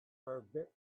are